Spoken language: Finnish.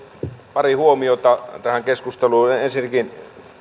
pari huomiota tähän keskusteluun ensinnäkin